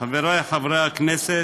חבריי חברי הכנסת,